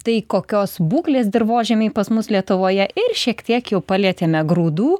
tai kokios būklės dirvožemiai pas mus lietuvoje ir šiek tiek jau palietėme grūdų